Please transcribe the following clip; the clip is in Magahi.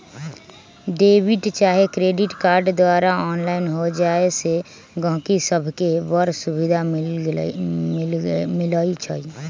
डेबिट चाहे क्रेडिट कार्ड द्वारा ऑनलाइन हो जाय से गहकि सभके बड़ सुभिधा मिलइ छै